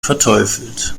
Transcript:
verteufelt